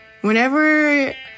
Whenever